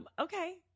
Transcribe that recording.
Okay